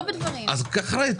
אחרי כן.